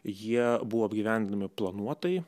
jie buvo apgyvendinami planuotai